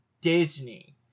Disney